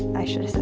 i should